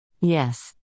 Yes